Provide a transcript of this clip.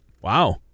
Wow